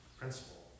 principle